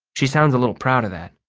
she sounds a little proud of that.